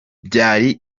byari